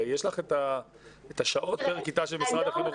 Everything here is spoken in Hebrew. הרי יש לך את השעות פר כיתה של משרד החינוך.